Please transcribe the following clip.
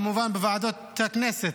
וכמובן בוועדות הכנסת.